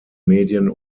medien